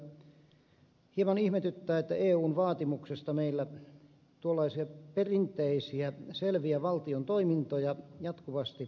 hieman ihmetyttää että eun vaatimuksesta meillä tuollaisia perinteisiä selviä valtion toimintoja jatkuvasti yksityistetään